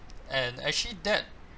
and actually that